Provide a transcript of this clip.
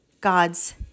God's